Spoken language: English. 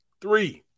Three